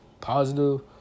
Positive